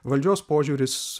valdžios požiūris